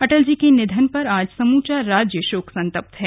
अटल जी के निधन पर आज समूचा राज्य शोक संतप्त है